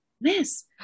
miss